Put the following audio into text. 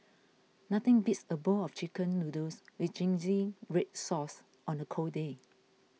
nothing beats a bowl of Chicken Noodles with Zingy Red Sauce on a cold day